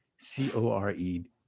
C-O-R-E